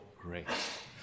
grace